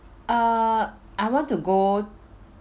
uh I want to go